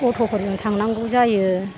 अथ'फोरजों थांनांगौ जायो